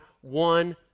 one